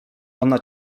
ona